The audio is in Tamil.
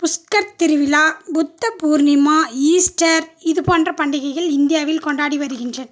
புஷ்கர் திருவிழா புத்தபூர்ணிமா ஈஸ்டர் இதுபோன்ற பண்டிகைகள் இந்தியாவில் கொண்டாடிவருகின்றன